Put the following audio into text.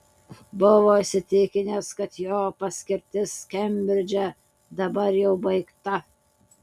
buvo įsitikinęs kad jo paskirtis kembridže dabar jau baigta